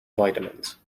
vitamins